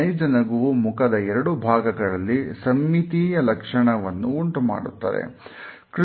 ನೈಜ ನಗುವು ಮುಖದ ಎರಡು ಭಾಗಗಳಲ್ಲಿ ಸಮ್ಮಿತೀಯ ಲಕ್ಷಣವನ್ನು ಉಂಟುಮಾಡುತ್ತದೆ